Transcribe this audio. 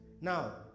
Now